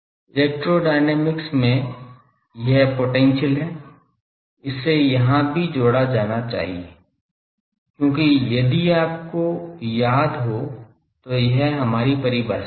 electrodynamics में यह potential है इसे यहां भी जोड़ा जाना चाहिए क्योंकि यदि आपको याद हो तो यह हमारी परिभाषा थी